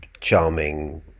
charming